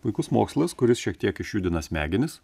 puikus mokslas kuris šiek tiek išjudina smegenis